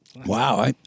Wow